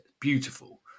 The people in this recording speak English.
Beautiful